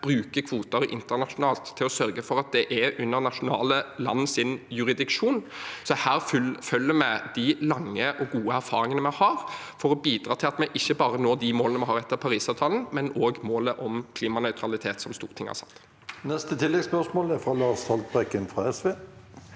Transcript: bruker kvoter internasjonalt, til å sørge for at det er under nasjonale lands jurisdiksjon. Her følger vi de lange og gode erfaringene vi har for å bidra til at vi ikke bare når de målene vi har etter Parisavtalen, men òg målet om klimanøytralitet, som Stortinget har satt. Lars Haltbrekken (SV)